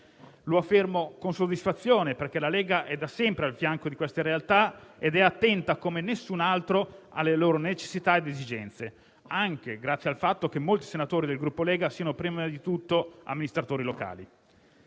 Lo affermo con soddisfazione, perché la Lega è da sempre al fianco di queste realtà ed è attenta, come nessun altro, alle loro necessità ed esigenze, anche grazie al fatto che molti senatori del Gruppo della Lega sono prima di tutto amministratori locali.